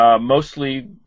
mostly